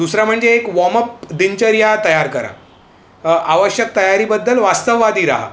दुसरा म्हणजे एक वॉमप दिनचर्या तयार करा आवश्यक तयारीबद्दल वास्तववादी राहा